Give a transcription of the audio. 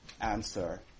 answer